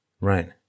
Right